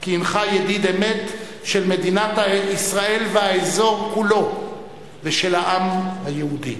כי הינך ידיד אמת של מדינת ישראל והאזור כולו ושל העם היהודי.